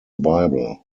bible